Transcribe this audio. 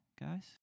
guys